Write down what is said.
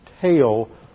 tail